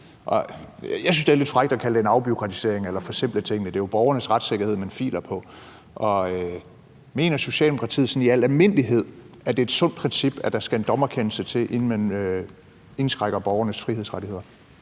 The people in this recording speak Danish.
Jeg synes, det er lidt frækt at kalde det en afbureaukratisering eller at forsimple tingene. Det er jo borgernes retssikkerhed, man filer på. Mener Socialdemokratiet sådan i al almindelighed, at det er et sundt princip, at der skal en dommerkendelse til, inden man indskrænker borgernes frihedsrettigheder?